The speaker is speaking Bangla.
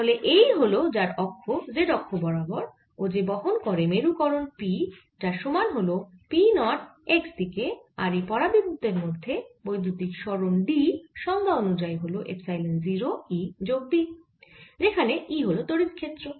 তাহলে এই হল যার অক্ষ z অক্ষ বরাবর ও যে বহন করে মেরুকরণ P যার সমান হল P নট x দিকে আর এই পরাবিদ্যুতের মধ্যে বৈদ্যুতিক সরণ D সংজ্ঞা অনুযায়ী হল এপসাইলন 0 E যোগ P যেখানে E হল তড়িৎ ক্ষেত্র